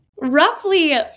Roughly